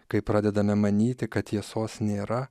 kai pradedame manyti kad tiesos nėra